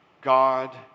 God